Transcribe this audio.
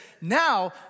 now